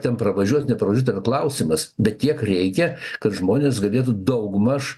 ten pravažiuos nepravažiuota klausimas bet tiek reikia kad žmonės galėtų daugmaž